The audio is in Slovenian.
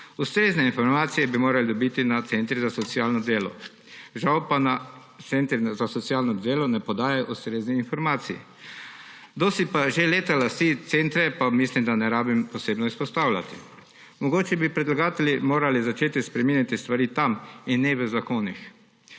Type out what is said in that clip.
Ustrezne informacije bi morali dobiti na centrih za socialno delo, žal pa na centrih za socialno delo ne podajajo ustreznih informacij. Kdo si pa že leta lasti centre, pa mislim, da ne rabim posebej izpostavljati. Mogoče bi predlagatelji morali začeti spreminjati stvari tam in ne v zakonih.